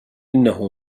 إنه